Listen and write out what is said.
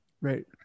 right